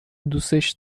دوستش